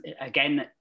again